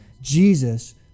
Jesus